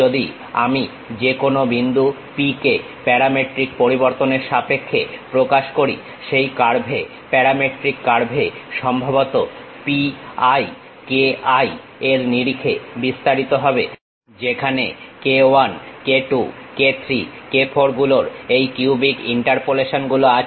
যদি আমি যে কোনো বিন্দু P কে প্যারামেট্রিক পরিবর্তনের সাপেক্ষে প্রকাশ করি সেই কার্ভে প্যারামেট্রিক কার্ভে সম্ভবত P i k i এর নিরিখে বিস্তারিত হবে যেখানে k 1 k 2 k 3 k 4 গুলোর এই কিউবিক ইন্টারপোলেশন গুলো আছে